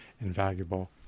invaluable